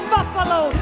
Buffalo